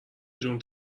جون